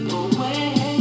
away